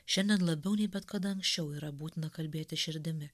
šiandien labiau nei bet kada anksčiau yra būtina kalbėti širdimi